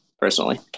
personally